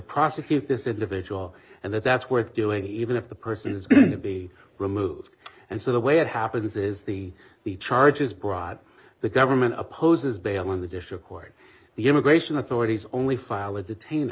prosecute this individual and that's worth doing even if the person has to be removed and so the way it happens is the the charges bribe the government opposes bail and the district court the immigration authorities only file a detain